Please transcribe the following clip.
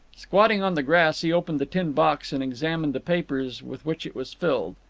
squatting on the grass, he opened the tin box, and examined the papers with which it was filled.